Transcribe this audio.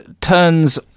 turns